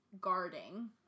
guarding